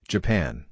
Japan